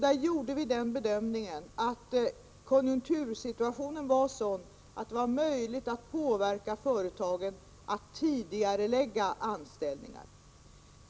Då gjorde vi den bedömningen att konjunktursituationen var sådan att det var möjligt att påverka företagen till att tidigarelägga anställningar.